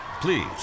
Please